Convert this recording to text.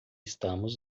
estamos